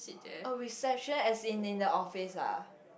oh reception as in in the office ah